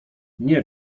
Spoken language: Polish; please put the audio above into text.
nie